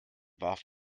warf